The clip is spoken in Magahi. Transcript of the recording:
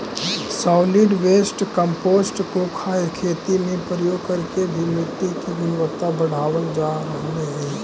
सॉलिड वेस्ट कंपोस्ट को खेती में प्रयोग करके भी मिट्टी की गुणवत्ता बढ़ावाल जा रहलइ हे